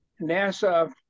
NASA